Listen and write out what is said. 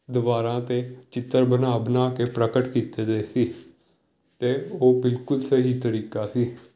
ਦੀਵਾਰਾਂ 'ਤੇ ਚਿੱਤਰ ਬਣਾ ਬਣਾ ਕੇ ਪ੍ਰਗਟ ਕੀਤੇ ਦੇ ਸੀ ਅਤੇ ਉਹ ਬਿਲਕੁਲ ਸਹੀ ਤਰੀਕਾ ਸੀ